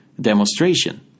demonstration